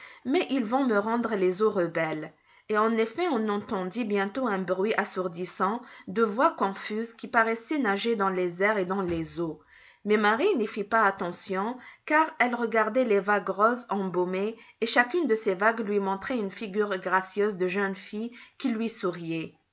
mais ils vont me rendre les eaux rebelles et en effet on entendit bientôt un bruit assourdissant de voix confuses qui paraissaient nager dans les airs et dans les eaux mais marie n'y fit pas attention car elle regardait les vagues roses embaumées et chacune de ces vagues lui montrait une figure gracieuse de jeune fille qui lui souriait